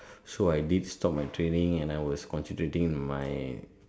so I did stop my training and I was concentrating in my